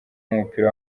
w’umupira